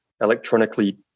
electronically